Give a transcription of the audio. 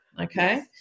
okay